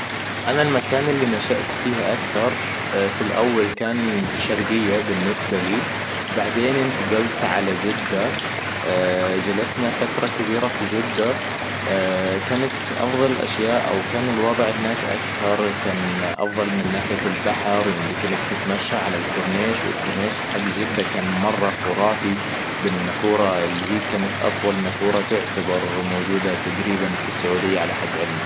أنا المكان اللي نشأت فيه أكثر في الأول كان شرقية بالنسبة لي. بعدين انتقلت على جدة جلسنا فترة كبيرة في جدة. كانت أفضل الأشياء او كان الوضع هناك اكثر كان أفضل من ناحية البحر ويمديك إنك تتمشي على الكورنيش والكورنيش حق جدة كان مرة خرافي. بالنافورة اللي هي كانت أطول نافورة تعتبر موجودة تقريباً في السعودية على حد علمي